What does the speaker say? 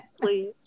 please